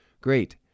Great